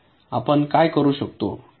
आपण काय करु शकतो